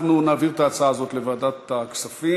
אנחנו נעביר את ההצעה הזאת לוועדת הכספים.